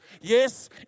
Yes